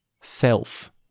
self